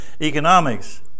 economics